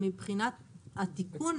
התיקון,